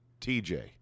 TJ